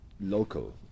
local